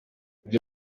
iyo